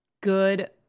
Good